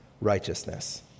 righteousness